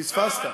פספסת.